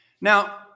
Now